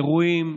אירועים,